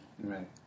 Right